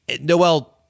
Noel